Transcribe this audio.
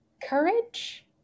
Courage